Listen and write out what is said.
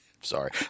Sorry